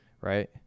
right